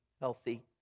healthy